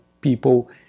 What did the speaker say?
people